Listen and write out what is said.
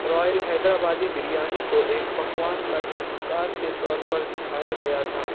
Royal Hyderabadi biryani کو ایک پکوان کا شاہکار کے طورپر دکھایا گیا تھا